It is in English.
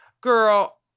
Girl